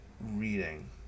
reading